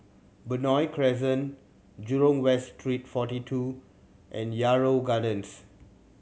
Benoi Crescent Jurong West Street Forty Two and Yarrow Gardens